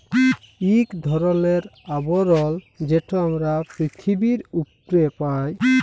ইক ধরলের আবরল যেট আমরা পিথিবীর উপ্রে পাই